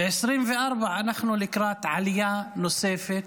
ב-2024 אנחנו לקראת עלייה נוספת